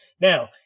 now